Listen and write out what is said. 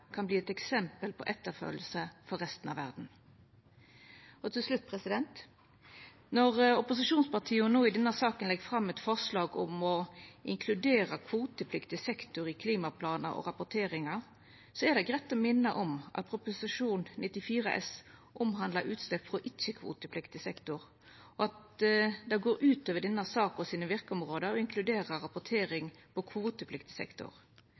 kan verta eit eksempel til etterfølging for resten av verda. Til slutt: Når opposisjonspartia i denne saka legg fram forslag om å inkludera kvotepliktig sektor i klimaplanar og rapporteringar, er det greitt å minna om at Prop. 94 S handlar om utslepp frå ikkje-kvotepliktig sektor, og at det går utover verkeområda til denne saka å inkludera rapportering på